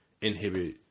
inhibit